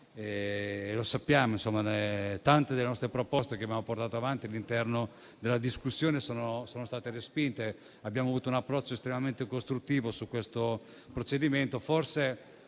è stato così. Tante delle proposte che abbiamo portato avanti all'interno della discussione sono state respinte. Abbiamo avuto un approccio estremamente costruttivo su questo provvedimento.